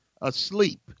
asleep